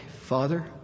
Father